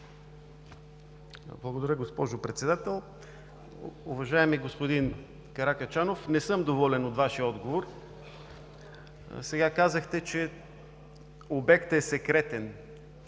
Благодаря, госпожо Председател. Уважаеми господин Каракачанов, не съм доволен от Вашия отговор. Казахте, че обектът е секретен.